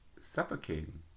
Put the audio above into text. suffocating